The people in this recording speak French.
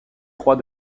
trois